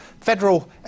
Federal